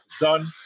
done